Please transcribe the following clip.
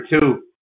two